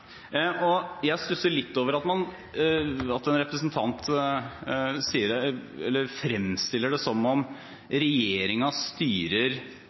Jeg stusser litt over at en representant fremstiller det som om regjeringen styrer